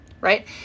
Right